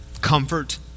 comfort